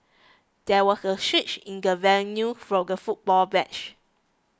there was a switch in the venue for the football match